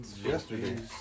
yesterday